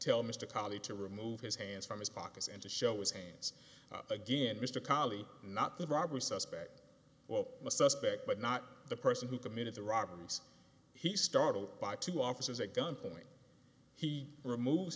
tell mr colley to remove his hands from his pockets and to show its hands again mr colley not the robbery suspect well a suspect but not the person who committed the robbery was he startled by two officers at gunpoint he removes